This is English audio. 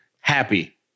happy